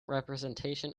representation